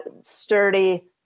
sturdy